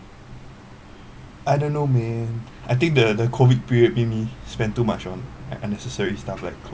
I don't know man I think the the COVID period make me spend too much on unnecessary stuff like clothing